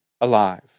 alive